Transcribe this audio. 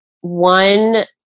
one